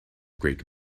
great